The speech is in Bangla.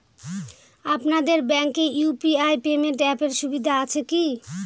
আপনাদের ব্যাঙ্কে ইউ.পি.আই পেমেন্ট অ্যাপের সুবিধা আছে কি?